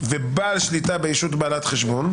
ובעל שליטה בישות בעלת חשבון,